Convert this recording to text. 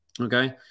Okay